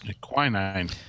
Quinine